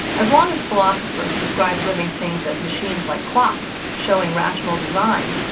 as long as philosophers described living things as machines like clocks, showing rational design,